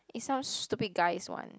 it's some stupid guy's one